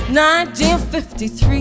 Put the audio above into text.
1953